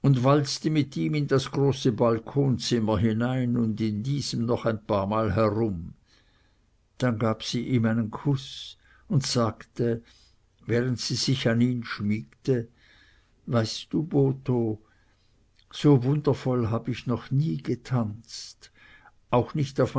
walzte mit ihm in das große balkonzimmer hinein und in diesem noch ein paar mal herum dann gab sie ihm einen kuß und sagte während sie sich an ihn schmiegte weißt du botho so wundervoll hab ich noch nie getanzt auch nicht